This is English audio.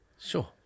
sure